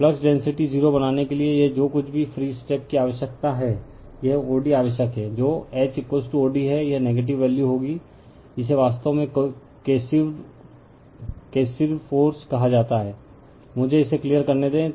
flux density 0 बनाने के लिए यह जो कुछ भी फ्री स्टेप की आवश्यकता है यह o d आवश्यक है जो H od है यह नेगेटिव वैल्यू होगा इसे वास्तव में केर्सिव फ़ोर्स कहा जाता है मुझे इसे क्लियर करने दें